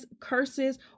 curses